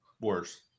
Worse